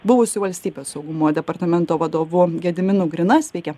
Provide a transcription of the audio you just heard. buvusiu valstybės saugumo departamento vadovu gediminu grina sveiki